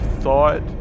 thought